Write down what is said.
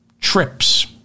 trips